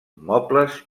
mobles